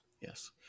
Yes